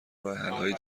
راهحلهای